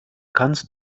kannst